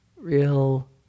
real